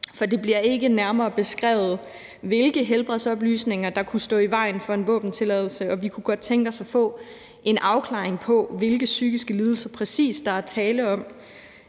for det bliver ikke nærmere beskrevet, hvilke helbredsoplysninger der kunne stå i vejen for en våbentilladelse, og vi kunne godt tænke os at få en afklaring på, hvilke psykiske lidelser der præcis er tale om.